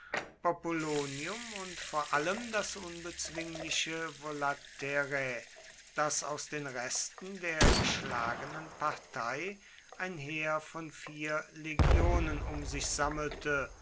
populonium und vor allem das unbezwingliche volaterrae das aus den resten der geschlagenen partei ein heer von vier legionen um sich sammelte